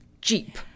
Jeep